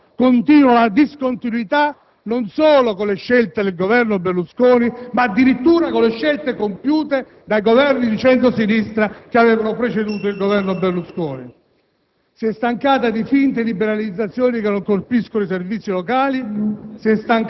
della demolizione costante dello Stato di diritto, dell'applicazione del ricorso continuo alla discontinuità non solo con le scelte del Governo Berlusconi ma addirittura con le scelte compiute dai Governi di centro-sinistra che avevano preceduto il Governo Berlusconi;